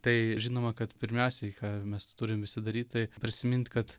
tai žinoma kad pirmiausiai ką mes turim visi daryt tai prisiminti kad